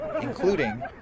including